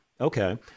okay